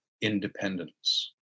independence